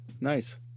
Nice